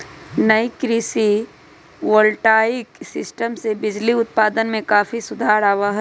नई कृषि voltaic system से बिजली उत्पादन में काफी सुधार आवा हई